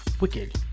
Wicked